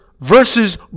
versus